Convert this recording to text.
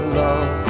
love